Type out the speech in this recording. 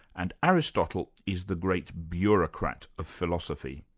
and aristotle is the great bureaucrat of philosophy.